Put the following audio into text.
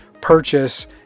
purchase